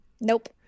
nope